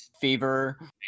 Fever